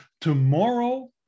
tomorrow